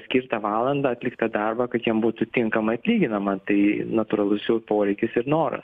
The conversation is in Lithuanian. skirtą valandą atliktą darbą kad jam būtų tinkamai atlyginama tai natūralus jų poreikis ir noras